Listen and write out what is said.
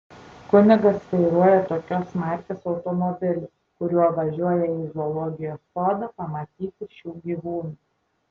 kunigas vairuoja tokios markės automobilį kuriuo važiuoja į zoologijos sodą pamatyti šių gyvūnų